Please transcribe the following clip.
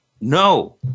No